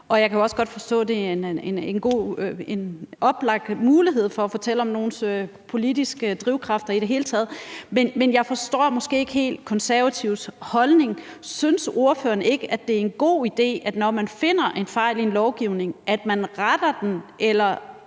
og jeg kan jo også godt forstå, at det er en oplagt mulighed for at fortælle om ens politiske drivkræfter i det hele taget. Men jeg forstår måske ikke helt Konservatives holdning. Synes ordføreren ikke, at det er en god idé, når man finder en fejl i en lovgivning, at man retter den? Det